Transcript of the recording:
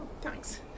Thanks